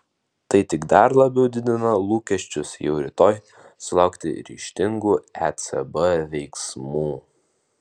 tai tik dar labiau didina lūkesčius jau rytoj sulaukti ryžtingų ecb veiksmų